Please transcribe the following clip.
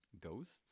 ghosts